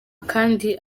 kandi